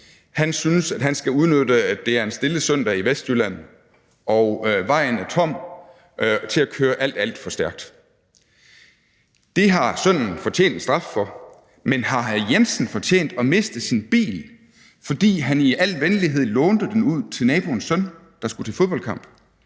synes, at han skal udnytte, at det er en stille søndag i Vestjylland og vejen er tom, til at køre alt, alt for stærkt. Det har sønnen fortjent en straf for, men har hr. Jensen fortjent at miste sin bil, fordi han i al venlighed lånte den ud til naboens søn, der skulle til fodboldkamp?